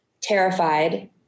terrified